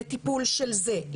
לטיפול של זה,